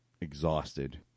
exhausted